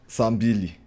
Sambili